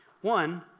One